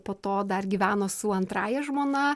po to dar gyveno su antrąja žmona